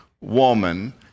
woman